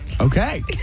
okay